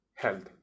health